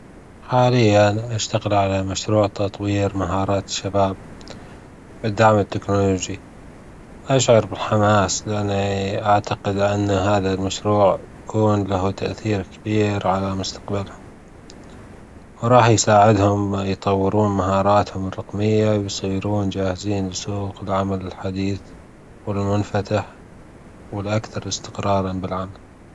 حاليا أشتغل على مشروع تطوير مهارات الشباب بالدعم التكنولوجى، أشعر بالحماس لأننى أعتقد أن هذا المشروع بيكون له تأثير كبيرعلى مستقبلهم، وراح يساعدهم يطورون مهاراتهم الرقمية ويصيرون جاهزين لسوق العمل الحديث كله منفتح والأكثر إستقرارا بالعمل.